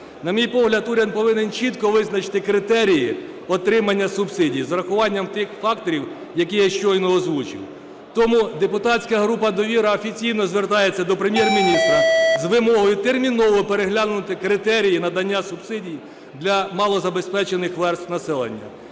На мій погляд, уряд повинен чітко визначити критерії отримання субсидій з урахуванням тих факторів, які я щойно озвучив. Тому депутатська група "Довіра" офіційно звертається до Прем'єр-міністра з вимогою терміново переглянути критерії надання субсидій для малозабезпечених верст населення.